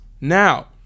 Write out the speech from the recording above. now